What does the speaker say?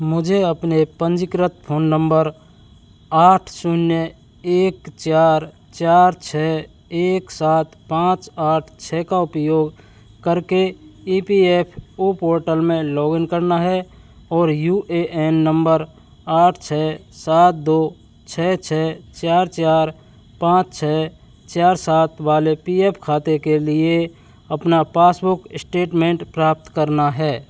मुझे अपने पंजीकृत फ़ोन नंबर आठ शून्य एक चार चार छः एक सात पाँच आठ छः का उपयोग करके E P F O portal में लॉग इन करना है और यू ए एन नंबर आठ छः सात दो छः छः चार चार पाँच छः चार सात वाले पी एफ़ खाते के लिए अपना पासबुक एस्टेटमेंट प्राप्त करना है